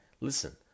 listen